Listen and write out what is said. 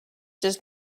does